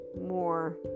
more